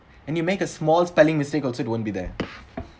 and you make a small spelling mistake also it won't be there